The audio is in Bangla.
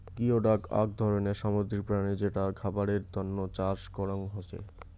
গিওডক আক ধরণের সামুদ্রিক প্রাণী যেটা খাবারের তন্ন চাষ করং হসে